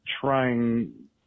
trying